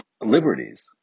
liberties